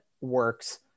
works